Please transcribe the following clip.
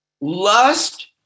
lust